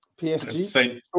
PSG